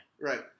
Right